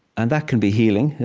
and that can be healing.